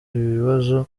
ibibazo